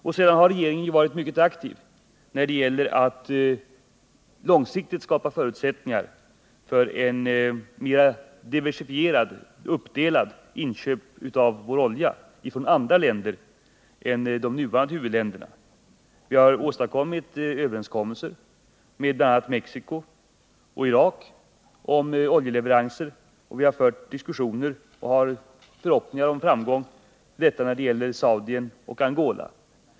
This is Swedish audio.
Regeringen har också varit mycket aktiv för att långsiktigt skapa förutsättningar för mer uppdelade inköp av olja — från andra länder än de nuvarande huvudländerna. Vi har åstadkommit överenskommelser med bl.a. Mexico och Irak om oljeleveranser. Vi har fört diskussioner med Saudi-Arabien och Angola och har förhoppningar om framgång.